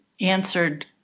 answered